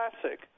classic